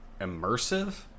immersive